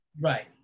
Right